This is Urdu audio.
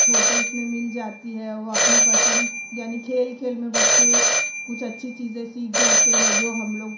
چھوٹے اس میں مل جاتی ہے وہ اپنی پسند یعنی کہ کھیل کھیل میں بچے کچھ اچھی چیزیں سیکھ جاتے ہیں جو ہم لوگ